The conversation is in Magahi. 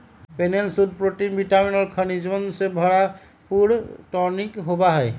पोलेन शुद्ध प्रोटीन विटामिन और खनिजवन से भरपूर टॉनिक होबा हई